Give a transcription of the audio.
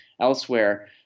elsewhere